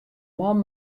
man